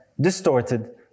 distorted